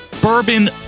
bourbon